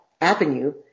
avenue